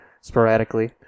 sporadically